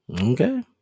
Okay